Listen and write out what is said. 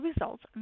results